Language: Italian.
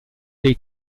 dei